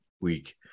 week